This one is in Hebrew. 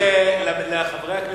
יש לי הצעה לחברי הכנסת: